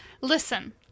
Listen